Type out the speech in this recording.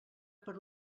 per